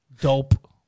dope